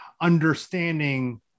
understanding